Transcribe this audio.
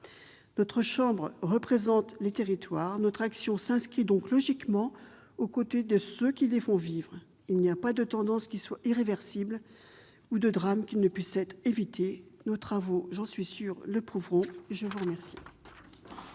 Notre chambre représentant les territoires, notre action s'inscrit donc logiquement aux côtés de ceux qui les font vivre. Il n'y a pas de tendance qui soit irréversible ou de drame qui ne puisse être évité : nos travaux, j'en suis sûre, le prouveront. La parole